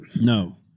No